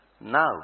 Now